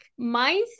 mindset